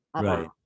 Right